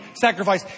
sacrifice